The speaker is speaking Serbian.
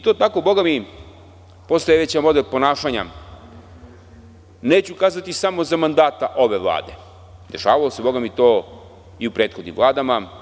To postaje već model ponašanja, neću kazati samo za mandata ove Vlade, dešavalo se to i u prethodnim vladama.